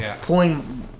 Pulling